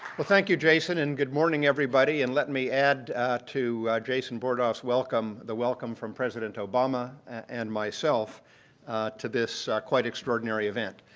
well, thank you, jason. and good morning, everybody. and let me add to jason bordoff's welcome, the welcome from president obama and myself to this quite extraordinary event.